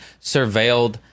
surveilled